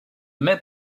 mets